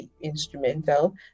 instrumental